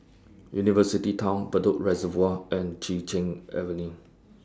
University Town Bedok Reservoir and Chin Cheng Avenue